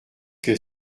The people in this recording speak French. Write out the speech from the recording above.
que